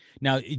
Now